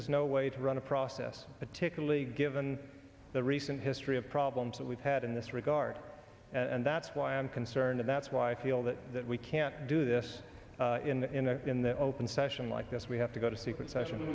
is no way to run a process particularly given the recent history of problems that we've had in this regard and that's why i'm concerned and that's why i feel that that we can't do this in the in the open session like this we have to go to secret session